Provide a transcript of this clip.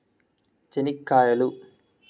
చెనిక్కాయలు